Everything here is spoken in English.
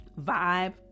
vibe